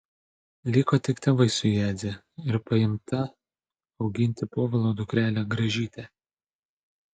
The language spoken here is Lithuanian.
liko tik tėvai su jadze ir paimta auginti povilo dukrele gražyte